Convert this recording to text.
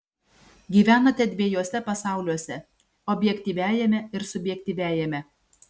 gyvenate dviejuose pasauliuose objektyviajame ir subjektyviajame